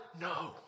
No